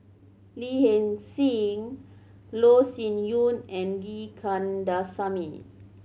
Lee Hee Seng Loh Sin Yun and G Kandasamy